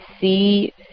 see